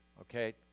Okay